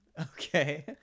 Okay